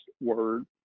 word